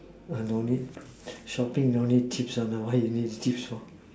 don't need shopping don't need why you need